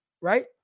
right